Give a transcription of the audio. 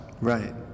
right